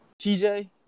TJ